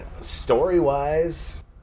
story-wise